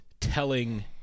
telling